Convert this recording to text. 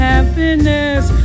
Happiness